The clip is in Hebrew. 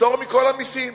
בפטור מכל המסים.